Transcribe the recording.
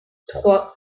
trois